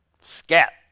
Scat